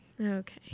Okay